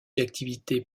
d’activités